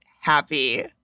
happy